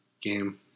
game